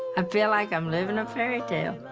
ah feel like i'm livin' a fairy tale.